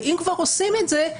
ואם כבר עושים את זה,